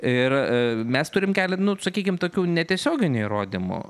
ir mes turim keletą nu sakykim tokių netiesioginių įrodymų